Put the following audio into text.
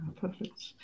Perfect